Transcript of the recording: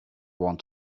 want